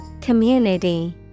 community